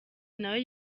nayo